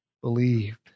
believed